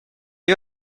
you